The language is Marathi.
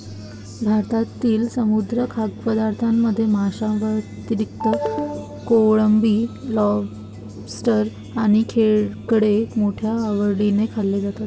भारतातील समुद्री खाद्यपदार्थांमध्ये माशांव्यतिरिक्त कोळंबी, लॉबस्टर आणि खेकडे मोठ्या आवडीने खाल्ले जातात